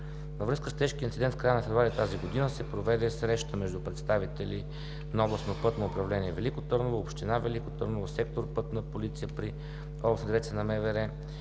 Във връзка с тежкия инцидент в края на февруари тази година се проведе среща между представители на Областно пътно управление – Велико Търново, община Велико Търново, сектор „Пътна полиция“ при Областна дирекция на МВР